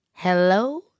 Hello